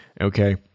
okay